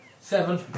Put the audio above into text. Seven